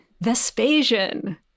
Vespasian